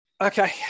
Okay